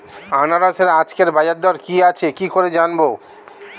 আনারসের আজকের বাজার দর কি আছে কি করে জানবো?